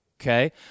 okay